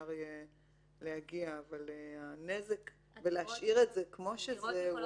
אפשר יהיה להגיע; להשאיר את זה כמו שזה,